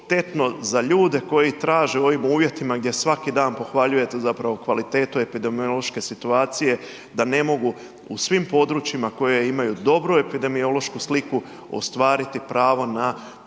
za ljude koji traže u ovim uvjetima gdje svaki dan pohvaljujete zapravo kvalitetu epidemiološke situacije, da ne mogu u svim područjima koja imaju dobru epidemiološku sliku, ostvariti pravo na